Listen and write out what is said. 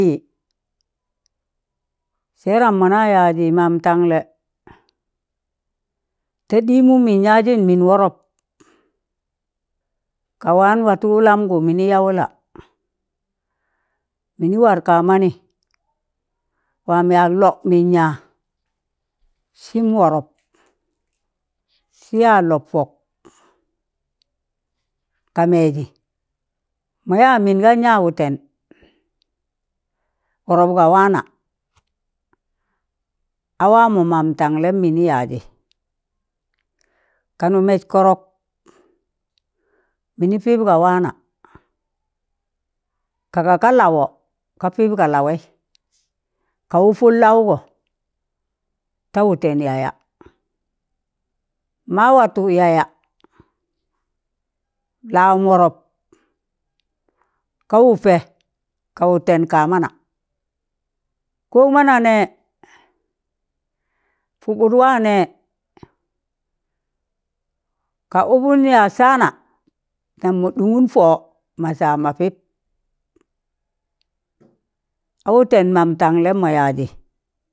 Sẹram mọna yazị man tanlẹ ta ɗị mum mịn yazịn mịn wọrọp, ka waan watu wụlamgụ mịnị ya wụla, mịnị war kaamanị waam yak lọb mịn ya, sịm wọrọp, sị ya lọp pọk ka mẹzị, mọ ya mịn gan ya wụtẹn, wọrọp ga waana, a wamo mam tanlẹm mịnị yazị kanụ mẹz kọrọk, mịnị pịp ga waana, ka ga ka lawọ ka pịp ga lawaị ka wụpụn laụgọ ta wụtẹn yaya, ma watu yaya, lawam wọrọp ka wụpẹ ka wụtẹn kamana, koụ mana nẹ pụɓụt wa nẹ, ka ụpụn yaz sana nam ma ɗịgụụn pọ ma sa ma pịp, a wụtẹn man tanlẹm mọ yazị.